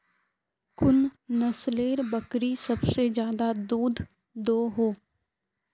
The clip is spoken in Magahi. कुन नसलेर बकरी सबसे ज्यादा दूध दो हो?